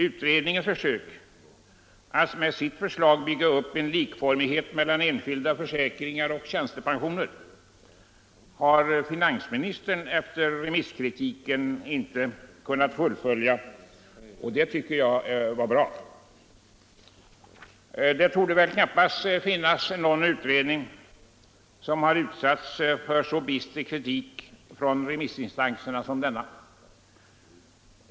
Utredningens försök att med sitt förslag bygga upp en likformighet mellan enskilda försäkringar och tjänstepensioner har finansministern efter remisskritiken inte kunnat fullfölja, och det tycker jag är bra. Det torde knappast finnas någon utredning som har utsatts för så bister kritik från remissinstanser som denna.